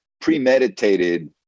premeditated